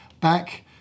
back